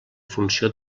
funció